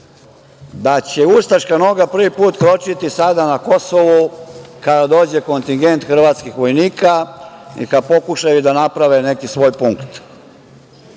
da će ustaška noga prvi put kročiti sada na Kosovo kada dođe kontingent hrvatskih vojnika, neka pokušaju da naprave neki svoji punkt.